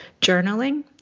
journaling